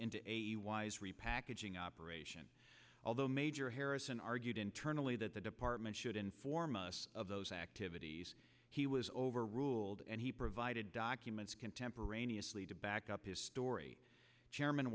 into a wise repackaging operation although major harrison argued internally that the department should inform us of those activities he was overruled and he provides documents contemporaneously to back up his story chairman